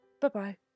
Bye-bye